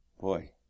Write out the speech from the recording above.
Boy